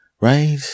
Right